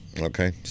Okay